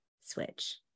switch